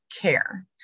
care